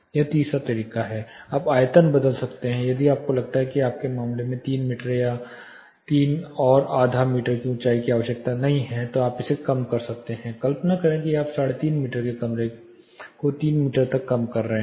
एक तीसरा तरीका है आप आयतन बदल सकते हैं यदि आपको लगता है कि आपके मामले में 3 मीटर या 3 और आधा मीटर की ऊंचाई की आवश्यकता नहीं है तो आप इसे कम कर सकते हैं कल्पना करें कि आप 35 मीटर के कमरे को 3 मीटर तक कम कर रहे हैं